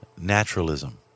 naturalism